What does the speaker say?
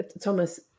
Thomas